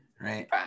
Right